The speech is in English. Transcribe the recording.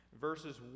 verses